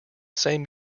same